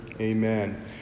Amen